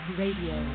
radio